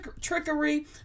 trickery